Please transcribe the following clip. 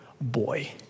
boy